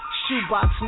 shoebox